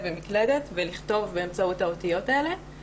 ומקלדת ולכתוב באמצעות האותיות האלה.